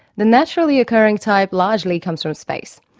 the naturally occurring type largely comes from space.